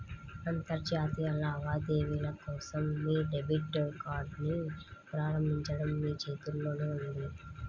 అంతర్జాతీయ లావాదేవీల కోసం మీ డెబిట్ కార్డ్ని ప్రారంభించడం మీ చేతుల్లోనే ఉంది